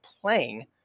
playing